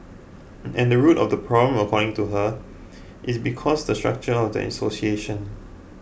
and the root of the problem according to her is because the structure of the association